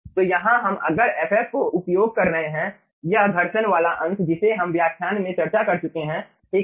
तो यहां पर हम अगर ff को उपयोग कर रहे हैं यह घर्षण वाला अंश जिसे हम व्याख्यान में चर्चा कर चुके हैं ठीक है